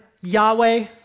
Yahweh